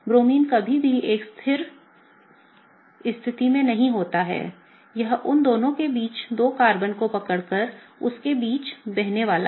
bromine कभी भी एक स्थिर स्थिति में नहीं होता है यह उन दोनों के बीच दो कार्बन को पकड़कर उनके बीच में बहने वाला है